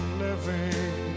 living